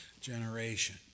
generation